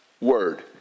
Word